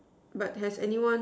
but has anyone